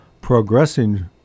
progressing